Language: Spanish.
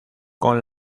con